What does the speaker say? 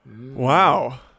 Wow